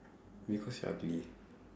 because you ugly